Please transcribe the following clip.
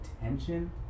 attention